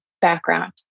background